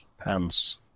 Pants